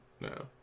No